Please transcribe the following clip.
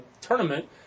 tournament